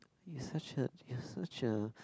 he such a he such a